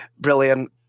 brilliant